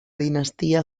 dinastía